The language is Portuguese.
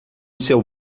seu